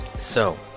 so